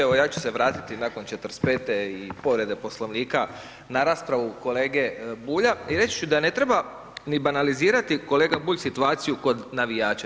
Evo, ja ću se vratiti nakon 45. i povrede Poslovnika na raspravu kolege Bulja i reći ću da ne treba ni banalizirati kolega Bulj, situaciju kod navijača.